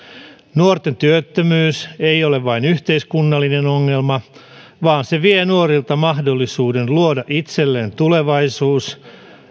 nuorten työttömyys ei ole vain yhteiskunnallinen ongelma vaan se vie nuorilta mahdollisuuden luoda itselleen tulevaisuus